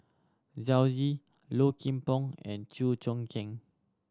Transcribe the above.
Yao Zi Low Kim Pong and Chew Choo Keng